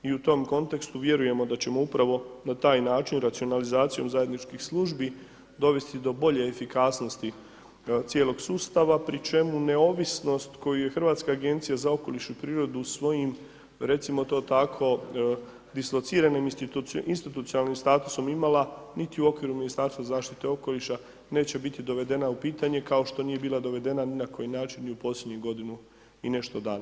I u tom kontekstu vjerujemo da ćemo upravo na taj način racionalizacijom zajedničkih službi dovesti do bolje efikasnosti cijelog sustava pri čemu ne ovisnost koju je Hrvatska agencije za okoliš i prirodu u svojim, recimo to tako, dislociranim institucionalnim statusu imala, niti u okviru Ministarstva zaštite okoliša neće biti dovedena u pitanje, kao što nije bila dovedena ni na koji način ni u posljednju godinu i nešto dana.